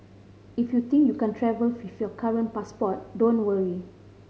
if you think you can't travel with your current passport don't worry